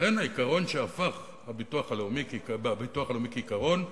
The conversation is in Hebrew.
לכן העיקרון שהפך בביטוח הלאומי כעיקרון הוא,